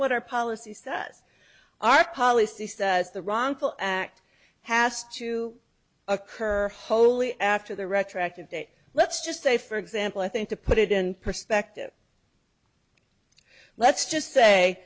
what our policy says our policy says the wrongful act has to occur wholly after the retroactive date let's just say for example i think to put it in perspective let's just say